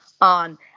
on